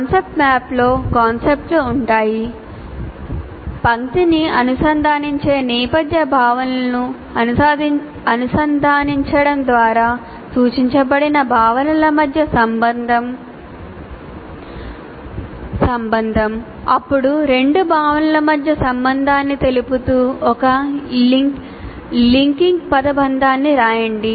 concept మ్యాప్లో కాన్సెప్ట్లు ఉంటాయి పంక్తిని అనుసంధానించే నేపథ్య భావనలను అనుసంధానించడం ద్వారా సూచించబడిన భావనల మధ్య సంబంధం అప్పుడు 2 భావనల మధ్య సంబంధాన్ని తెలుపుతూ ఒక లింకింగ్ పదబంధాన్ని రాయండి